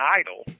idol